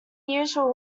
usual